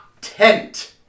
tent